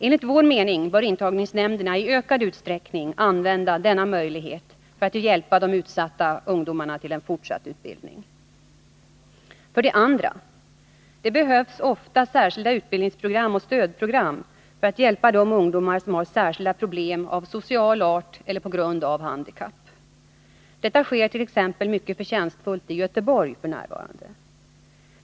Enligt vår mening bör intagningsnämnderna i ökad utsträckning använda denna möjlighet för att hjälpa de utsatta ungdomarna till fortsatt utbildning. För det andra: Det behövs ofta särskilda utbildningsprogram och stödprogram för att hjälpa de ungdomar som har särskilda problem av social art eller på grund av handikapp. Detta sker t.ex. mycket förtjänstfullt i Göteborg f. n.